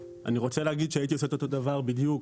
אני רוצה להגיד שהייתי עושה את אותו דבר בדיוק